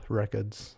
records